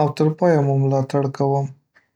او تر پایه مو ملاتړ کوم.